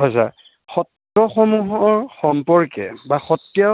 হয় ছাৰ সত্ৰসমূহৰ সম্পৰ্কে বা সত্ৰীয়